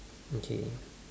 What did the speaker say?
okay